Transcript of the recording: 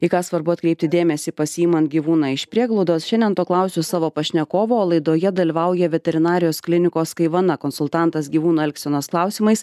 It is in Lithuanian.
į ką svarbu atkreipti dėmesį pasiimant gyvūną iš prieglaudos šiandien to klausiu savo pašnekovo o laidoje dalyvauja veterinarijos klinikos kaivana konsultantas gyvūnų elgsenos klausimais